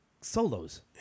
solos